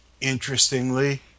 interestingly